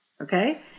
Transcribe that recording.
okay